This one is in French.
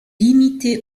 limité